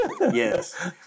Yes